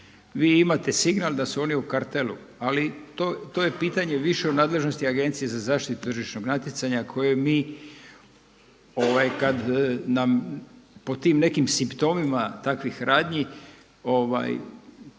vi imate signal da su oni u kartelu. Ali to je pitanje više u nadležnosti Agencije za zaštitu tržišnog natjecanja koju mi kada nam po tim nekim simptomima takvih radnji